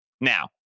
Now